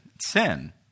Sin